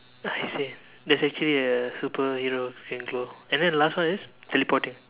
I see there is actually a superhero who can glow and the last one is teleporting